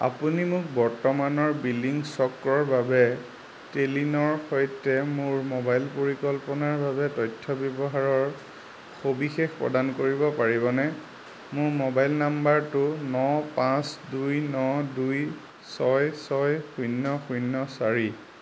আপুনি মোক বৰ্তমানৰ বিলিং চক্ৰৰ বাবে টেলিনৰ সৈতে মোৰ মোবাইল পৰিকল্পনাৰ বাবে তথ্য ব্যৱহাৰৰ সবিশেষ প্ৰদান কৰিব পাৰিবনে মোৰ মোবাইল নাম্বাৰটো ন পাঁচ দুই ন দুই ছয় ছয় শূন্য শূন্য চাৰি